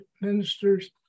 ministers